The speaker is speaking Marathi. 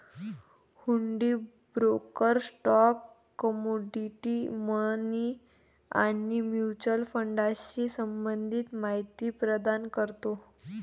हुंडी ब्रोकर स्टॉक, कमोडिटी, मनी आणि म्युच्युअल फंडाशी संबंधित माहिती प्रदान करतो